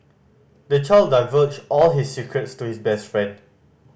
the child divulged all his secrets to his best friend